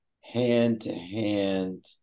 hand-to-hand